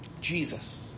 Jesus